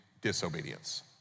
disobedience